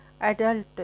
adult